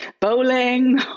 Bowling